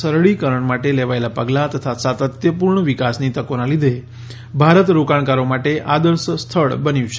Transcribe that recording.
સરળીકરણ માટે લેવાયેલા પગલાં તથા સાતત્યપૂર્ણ વિકાસની તકોના લીધે ભારત રોકાણકારો માટે આદર્શ સ્થળ બન્યું છે